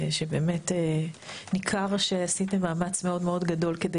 באמת ניכר שעשיתם מאמץ מאוד מאוד גדול כדי